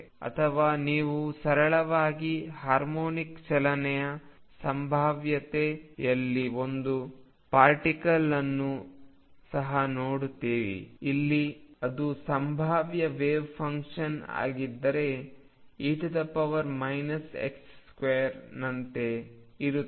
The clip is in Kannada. ಅಥವಾ ನೀವು ಸರಳವಾದ ಹಾರ್ಮೋನಿಕ್ ಚಲನೆಯ ಸಂಭಾವ್ಯತೆಯಲ್ಲಿ ಒಂದು ಪಾರ್ಟಿಕಲ್ ಅನ್ನು ಸಹ ನೋಡುತ್ತೀರಿ ಅಲ್ಲಿ ಇದು ಸಂಭಾವ್ಯ ವೆವ್ಫಂಕ್ಷನ್ ಆಗಿದ್ದರೆ e x2 ನಂತೆ ಇರುತ್ತದೆ